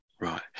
Right